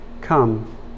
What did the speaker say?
come